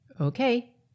Okay